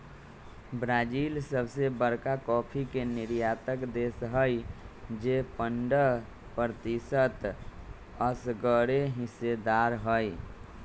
Brazil सबसे बरका coffee के निर्यातक देश हई जे पंडह प्रतिशत असगरेहिस्सेदार हई